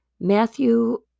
matthew